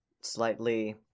slightly